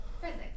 Physics